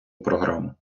програму